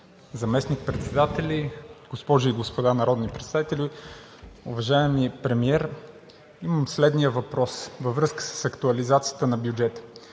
заместник-председатели, госпожи и господа народни представители! Уважаеми господин Премиер, следният въпрос във връзка с актуализацията на бюджета: